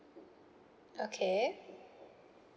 okay